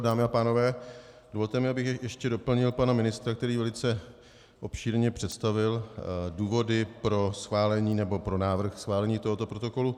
Dámy a pánové, dovolte mi, abych ještě doplnil pana ministra, který velice obšírně představil důvody pro schválení, nebo pro návrh schválení tohoto protokolu.